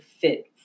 fit